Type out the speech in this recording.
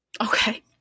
Okay